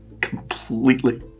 Completely